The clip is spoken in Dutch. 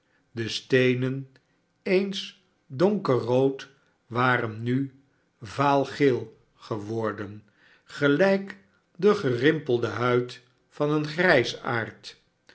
de steenen eens donkerrood waren nuvaalgeel seworden gelijk de gerimpelde huid van een